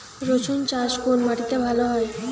রুসুন চাষ কোন মাটিতে ভালো হয়?